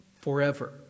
forever